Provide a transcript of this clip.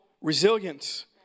resilience